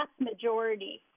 majority